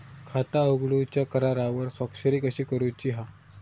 खाता उघडूच्या करारावर स्वाक्षरी कशी करूची हा?